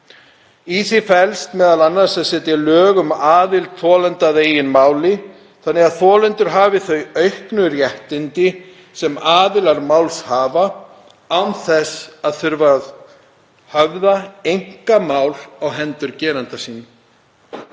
Í því felst m.a. að setja lög um aðild þolenda að eigin máli þannig að þolendur hafi þau auknu réttindi sem aðilar máls hafa án þess að þurfa að höfða einkamál á hendur geranda sínum.